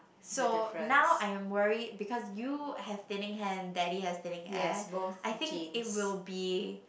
so now I am worried because you have thinning hair and daddy has thinning hair I think it will be